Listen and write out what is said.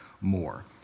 more